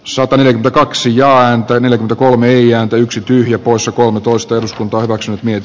sopanen p kaksi ja antoi neljä kolme ja yksi tyhjä poissa kolmetoista swindon kaksi miep